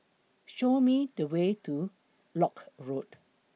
Show Me The Way to Lock Road